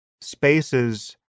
spaces